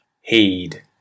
heed